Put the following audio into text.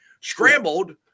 scrambled